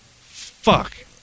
Fuck